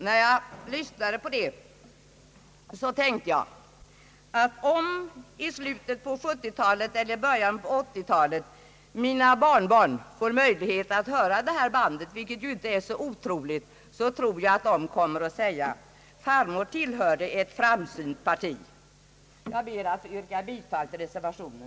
När jag lyssnade på det så tänkte jag att om mina barnbarn i slutet av 1970-talet eller början på 1980-talet får möjlighet att höra detta band, vilket ju inte är så otroligt, kommer de att säga: »Farmor tillhörde ett framsynt parti.» Herr talman! Jag ber att få yrka bifall till reservationen.